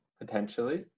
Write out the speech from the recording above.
potentially